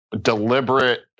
deliberate